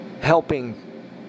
helping